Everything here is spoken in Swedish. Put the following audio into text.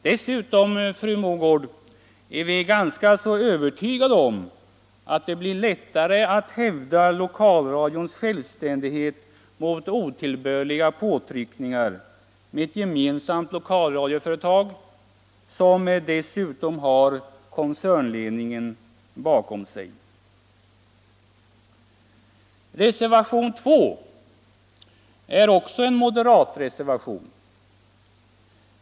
Dessutom är vi, fru Mogård, ganska så övertygade om att det blir lättare att hävda lokalradions självständighet mot otillbörliga påtryckningar om man har ett gemensamt lokalradioföretag, som dessutom har koncernledningen bakom sig. Reservation 2 är också en moderatreservation.